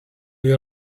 you